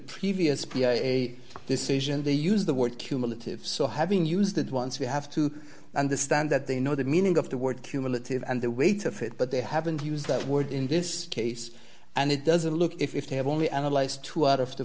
previous a decision they use the word cumulative so having used it once you have to understand that they know the meaning of the word cumulative and the weight of it but they haven't used that word in this case and it doesn't look if they have only analyzed two out of the